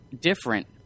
different